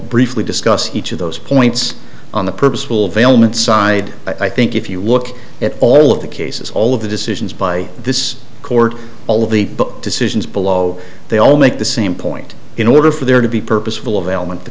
briefly discuss each of those points on the purposeful velleman side but i think if you look at all of the cases all of the decisions by this court all of the book decisions below they all make the same point in order for there to be purposeful of ailment t